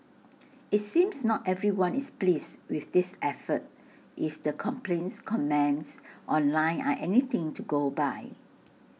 IT seems not everyone is pleased with this effort if the complaints comments online are anything to go by